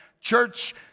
church